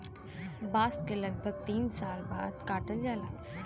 बांस के लगभग तीन साल बाद काटल जाला